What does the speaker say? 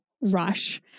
rush